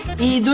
the the